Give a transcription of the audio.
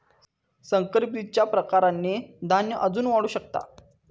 संकर बीजच्या प्रकारांनी धान्य अजून वाढू शकता